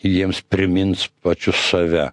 jiems primins pačius save